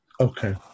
Okay